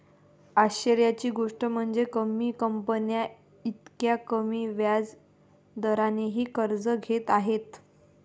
आश्चर्याची गोष्ट म्हणजे, कमी कंपन्या इतक्या कमी व्याज दरानेही कर्ज घेत आहेत